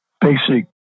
basic